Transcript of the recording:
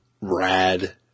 rad